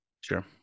Sure